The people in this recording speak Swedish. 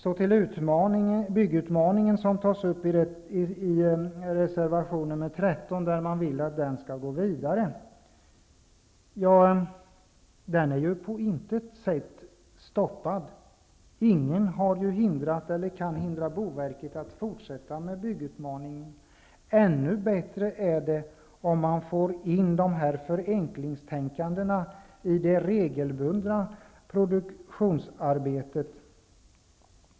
Så några ord om den s.k. byggutmaningen, som tas upp i reservation nr 13 och som man vill gå vidare med. Ja, den är på intet sätt stoppad. Ingen har hindrat, och kan heller inte hindra, boverket att fortsätta med byggutmaningen. Och ännu bättre är det om det här förenklingstänkandet kommer in i det regelbundna produktionsarbetet.